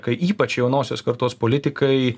kai ypač jaunosios kartos politikai